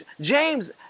James